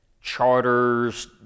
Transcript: charters